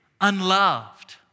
unloved